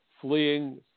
fleeing